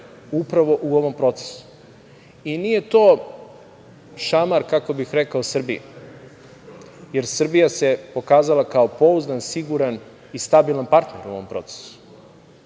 upravo u ovom procesu. I nije to šamar, kako bih rekao Srbiji, jer Srbija se pokazala kao pouzdan, siguran i stabilan partner u ovom procesu